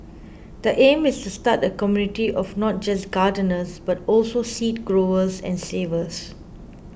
the aim is to start a community of not just gardeners but also seed growers and savers